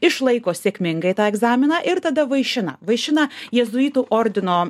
išlaiko sėkmingai tą egzaminą ir tada vaišina vaišina jėzuitų ordino